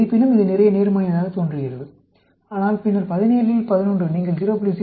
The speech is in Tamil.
இருப்பினும் இது நிறைய நேர்மறையானதாகத் தோன்றுகிறது ஆனால் பின்னர் 17 இல் 11 நீங்கள் 0